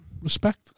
respect